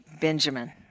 Benjamin